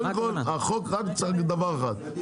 קודם כול,